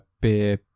Beer